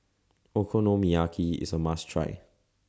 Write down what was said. Okonomiyaki IS A must Try